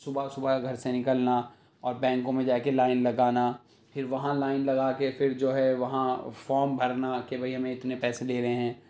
صبح صبح گھر سے نکلنا اور بینکوں میں جا کے لائن لگانا پھر وہاں لائن لگا کے پھر جو ہے وہاں فام بھرنا کہ بھائی ہمیں اتنے پیسے دے رہے ہیں